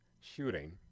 shooting